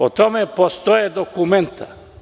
O tome postoje dokumenta.